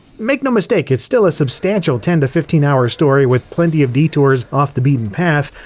make no mistake, it's still a substantial ten to fifteen hour story with plenty of detours off the beaten path.